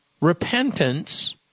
repentance